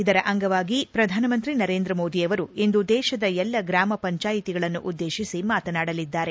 ಇದರ ಅಂಗವಾಗಿ ಪ್ರಧಾನಮಂತ್ರಿ ನರೇಂದ್ರ ಮೋದಿ ಅವರು ಇಂದು ದೇಶದ ಎಲ್ಲ ಗ್ರಾಮ ಪಂಚಾಯಿತಿಗಳನ್ನು ಉದ್ಲೇತಿಸಿ ಮಾತನಾಡಲಿದ್ದಾರೆ